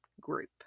group